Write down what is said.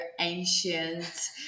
ancient